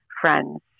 friends